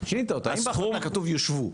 שינית אותה, אם בהחלטה כתוב יושבו.